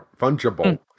fungible